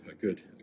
good